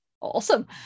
Awesome